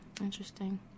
interesting